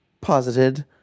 posited